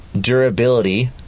durability